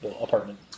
apartment